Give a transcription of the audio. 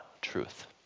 truth